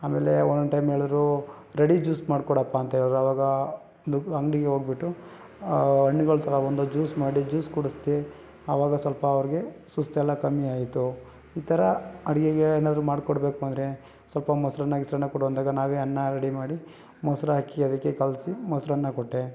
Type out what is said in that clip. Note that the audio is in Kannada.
ಆಮೇಲೆ ಒಂದೊಂದು ಟೈಮ್ ಹೇಳಿದರು ರೆಡಿ ಜ್ಯೂಸ್ ಮಾಡಿಕೊಡಪ್ಪಾ ಅಂಥೇಳಿದ್ರು ಆವಾಗ ಒಂದು ಅಂಗಡಿಗೆ ಹೋಗಿಬಿಟ್ಟು ಹಣ್ಣುಗಳು ತಗೊಂಡು ಬಂದು ಜ್ಯೂಸ್ ಮಾಡಿ ಜ್ಯೂಸ್ ಕುಡಿಸಿದೆ ಆವಾಗ ಸ್ವಲ್ಪ ಅವರಿಗೆ ಸುಸ್ತೆಲ್ಲ ಕಮ್ಮಿ ಆಯಿತು ಈ ಥರ ಅಡುಗೆಗೆ ಏನಾದ್ರೂ ಮಾಡಿಕೊಡ್ಬೇಕು ಅಂದರೆ ಸ್ವಲ್ಪ ಮೊಸರನ್ನ ಗಿಸರನ್ನ ಕೊಡು ಅಂದಾಗ ನಾವೇ ಅನ್ನ ರೆಡಿ ಮಾಡಿ ಮೊಸರು ಹಾಕಿ ಅದಕ್ಕೆ ಕಲಸಿ ಮೊಸರನ್ನ ಕೊಟ್ಟೆ